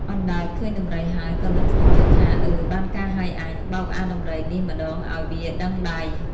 អណ្ដើកឃើញដំរីហើយ ក៏នឹកក្នុងចិត្តថា "អើ បានការហើយអញ! បោកអាដំរីនេះម្តង ឲ្យវាដឹងដៃ"